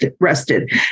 rested